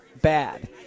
bad